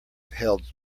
held